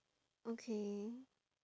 okay